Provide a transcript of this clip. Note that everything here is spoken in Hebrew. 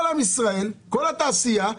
כל התעשייה,